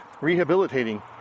rehabilitating